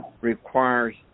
requires